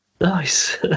Nice